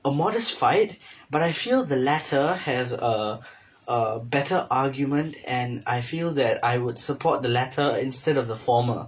a modest fight but I feel the latter has a a better argument and I feel that I would support the latter instead of the former